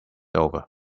over